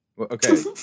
Okay